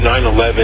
9-11